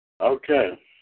okay